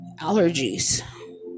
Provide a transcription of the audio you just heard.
allergies